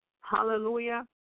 hallelujah